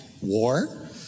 war